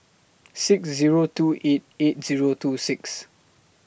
six Zero two eight eight Zero two six